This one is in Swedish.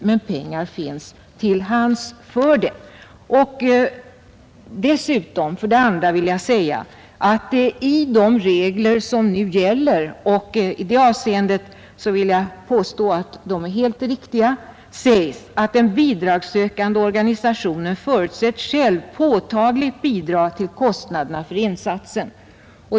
Men pengar finns till disposition. Dessutom vill jag för det andra säga att de regler som nu gäller är helt riktiga — de innebär att den bidragssökande organisationen förutsättes själv påtagligt bidra till kostnaderna för insatsen.